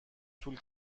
طول